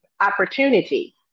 opportunity